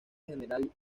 general